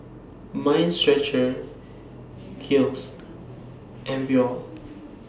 Mind Stretcher Kiehl's and Biore